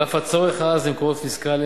על אף הצורך העז למקורות פיסקליים,